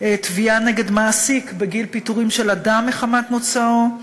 תביעה נגד מעסיק בגין פיטורים של אדם מחמת מוצאו,